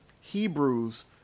hebrews